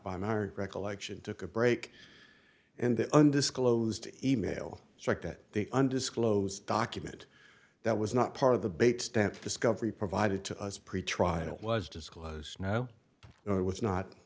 our recollection took a break and the undisclosed e mail strike that the undisclosed document that was not part of the bait stamp discovery provided to us pretrial was disclosed now or was not